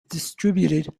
distributed